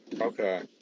Okay